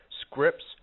scripts